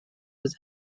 was